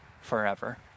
forever